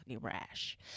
rash